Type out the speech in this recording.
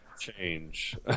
change